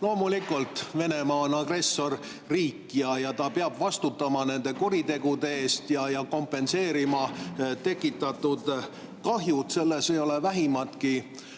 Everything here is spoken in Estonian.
Loomulikult, Venemaa on agressorriik ja ta peab vastutama nende kuritegude eest ja kompenseerima tekitatud kahjud, selles ei ole vähimatki